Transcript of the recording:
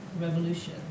revolution